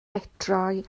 metrau